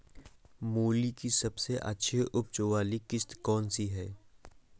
मूली की सबसे अच्छी उपज वाली किश्त कौन सी है?